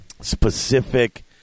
specific